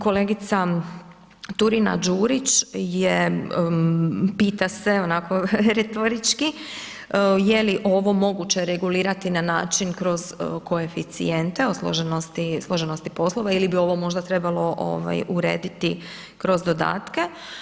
Kolegica Turina Đurić je, pita se onako retorički, je li ovo moguće regulirati na način kroz koeficijente o složenosti, složenosti poslova ili bi ovo možda trebalo ovaj urediti kroz dodatke.